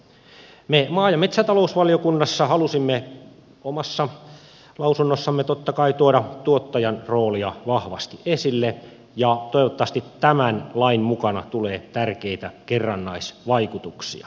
me maa ja metsätalousvaliokunnassa halusimme omassa lausunnossamme totta kai tuoda tuottajan roolia vahvasti esille ja toivottavasti tämän lain mukana tulee tärkeitä kerrannaisvaikutuksia